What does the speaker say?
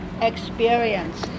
experience